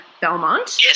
Belmont